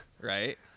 right